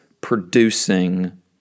producing